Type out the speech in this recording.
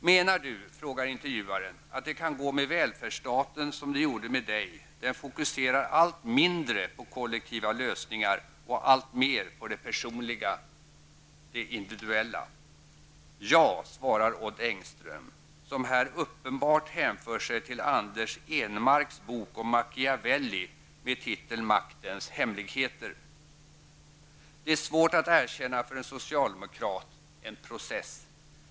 Menar du, frågar intervjuaren, att det kan gå med välfärdsstaten som det gjorde med dig -- den fokuserar allt mindre på kollektiva lösningar och alltmer på det personliga, det individuella. Ja, svarar Odd Engström, som här uppenbarligen hänför sig till Anders Ehnmarks bok om Machiavelli med titeln Maktens hemligheter. Det är svårt att erkänna för en socialdemokrat, en process.